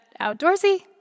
outdoorsy